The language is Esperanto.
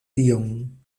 tion